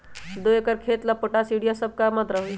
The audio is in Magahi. दो एकर खेत के ला पोटाश, यूरिया ये सब का मात्रा होई?